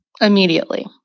Immediately